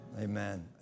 Amen